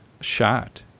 shot